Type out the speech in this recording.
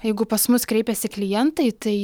jeigu pas mus kreipiasi klientai tai